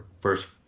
first